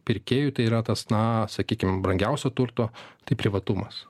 pirkėjų tai yra tas na sakykim brangiausio turto tai privatumas